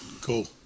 Cool